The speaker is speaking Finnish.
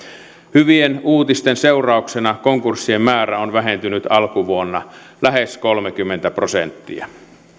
hyvien uutisten seurauksena konkurssien määrä on vähentynyt alkuvuonna lähes kolmekymmentä prosenttia